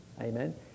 amen